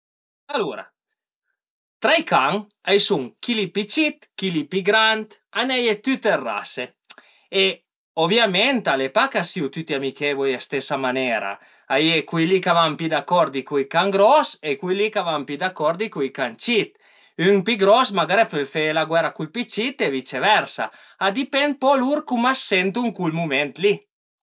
Alura tra i can a i sun chi li pi cit, chi li pi grand, a i n'a ie dë tüte le rase e oviament al e pa ca siu tüti amichevui a la stesa manera, a ie cui li ch'a van pi d'acordi cun i can gros e cui li ch'a van pi d'acordi con i can cit, ün pi gros magari a pöl fe la guera a cul pi cit e viceversa, a dipend ën poch da cum a së sentu ën cul mument li